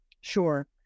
Sure